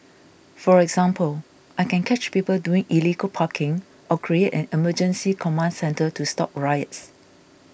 for example I can catch people doing illegal parking or create an emergency command centre to stop riots